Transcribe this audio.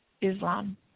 Islam